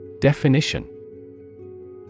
Definition